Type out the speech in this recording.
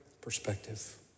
perspective